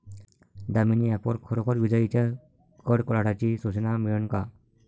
Damini app वर खरोखर विजाइच्या कडकडाटाची सूचना मिळन का?